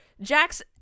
Jack's